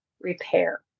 repair